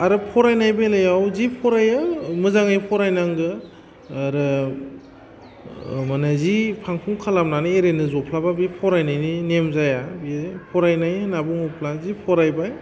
आरो फरायनाय बेलायाव जि फरायो मोजाङै फरायनांगो आरो माने जि फांफुं खालामनानै ओरैनो जफ्लाबा बे फरायनायनि नेम जाया बियो फरायनाय होन्ना बुङोब्ला जि फरायबाय